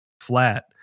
flat